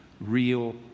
Real